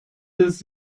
des